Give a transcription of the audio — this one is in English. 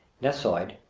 gneissoid,